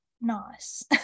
nice